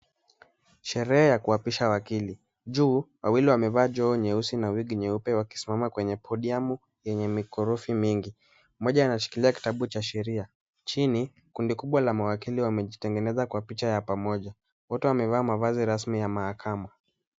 Sherehe ya kuapisha wakili. Juu wawili wamevaa joho nyeusi na wig nyeupe wakisimama kwenye podiamu yenye mikorofi mingi. Moja anashikilia kitabu cha sheria. Chini kundi kubwa la mawakili wamejitengeneza kwa picha ya pamoja, wote wamevaa mavazi rasmi ya mahakama.